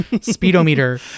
speedometer